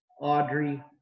Audrey